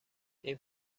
این